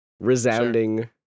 resounding